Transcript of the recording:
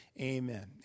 amen